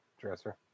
dresser